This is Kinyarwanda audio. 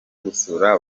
gusura